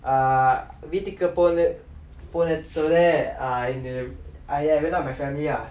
err வீட்டுக்கு போன போன தோட:veettukku pona pona thoda err ah ya I went out with my family lah